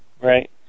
Right